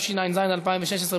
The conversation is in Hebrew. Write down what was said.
אין מתנגדים ואין נמנעים.